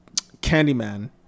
Candyman